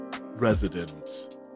resident